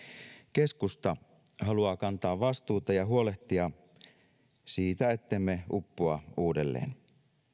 keskusta haluaa kantaa vastuuta ja huolehtia siitä ettemme uppoa uudelleen